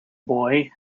boy